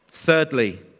Thirdly